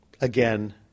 again